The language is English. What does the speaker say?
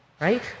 right